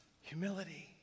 humility